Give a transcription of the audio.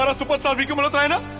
ah superstar vicky malhotra and